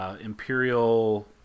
Imperial